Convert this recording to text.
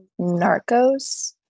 Narcos